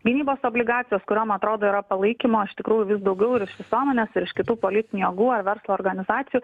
gynybos obligacijos kuriom atrodo yra palaikymo iš tikrųjų vis daugiau ir iš visuomenės ir iš kitų politinių jėgų ar verslo organizacijų